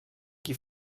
qui